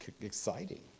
exciting